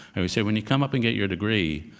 i always say, when you come up and get your degree,